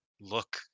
look